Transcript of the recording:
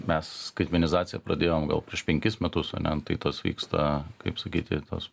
mes skaitmenizaciją pradėjom gal prieš penkis metus ane nu tai tas vyksta kaip sakyti tos